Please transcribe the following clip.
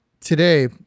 Today